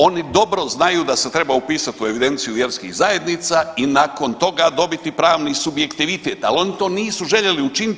Oni dobro znaju da se treba upisati u evidenciju vjerskih zajednica i nakon toga dobiti pravni subjektivitet, ali oni to nisu željeli učiniti.